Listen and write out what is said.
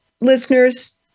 listeners